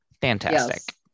fantastic